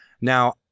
Now